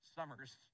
Summer's